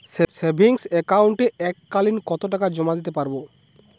Savings একাউন্টে এক কালিন কতটাকা জমা দিতে পারব?